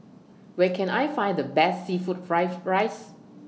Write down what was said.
Where Can I Find The Best Seafood Fried Rice